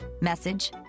message